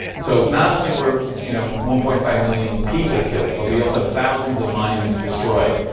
so, not only were, you know, one point five million people killed, but we also thousands of monuments destroyed.